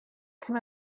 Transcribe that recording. can